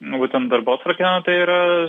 nu būtent darbotvarke nu tai yra